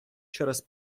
через